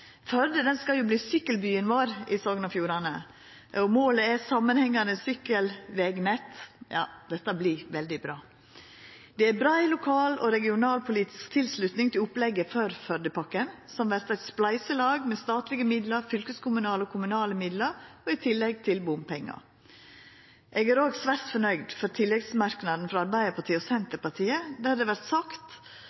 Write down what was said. for den trafikken som går gjennom sentrum i dag. Førdepakken vil gje betre vilkår for både gjennomgangstrafikken og lokaltrafikken. Førde skal jo verta sykkelbyen vår i Sogn og Fjordane, og målet er eit samanhengande sykkelvegnett – ja, dette vert veldig bra! Det er brei lokal og regionalpolitisk tilslutning til opplegget for Førdepakken, som vert eit spleiselag med statlege midlar, fylkeskommunale og kommunale midlar og i tillegg bompengar. Eg er